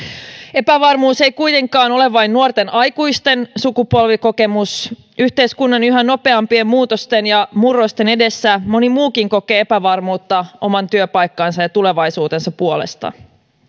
epävarmuus ei kuitenkaan ole vain nuorten aikuisten sukupolvikokemus yhteiskunnan yhä nopeampien muutosten ja murrosten edessä moni muukin kokee epävarmuutta oman työpaikkansa ja tulevaisuutensa puolesta